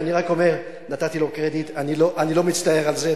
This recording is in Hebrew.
אני רק אומר, נתתי לו קרדיט, אני לא מצטער על זה.